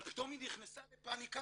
אבל פתאום היא נכנסה לפאניקה